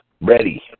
Ready